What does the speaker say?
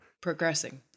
Progressing